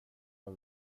jag